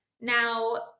Now